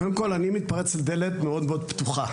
קודם כל אני מתפרץ אל דלת מאוד מאוד פתוחה.